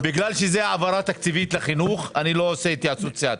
בגלל שזה העברה תקציבית לחינוך אני לא עושה התייעצות סיעתית.